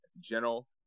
General